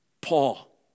Paul